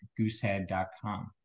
goosehead.com